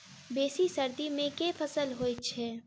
बेसी सर्दी मे केँ फसल होइ छै?